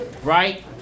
Right